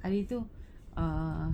hari tu err